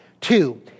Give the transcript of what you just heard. Two